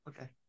Okay